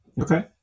okay